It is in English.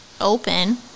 open